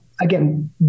again